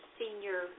senior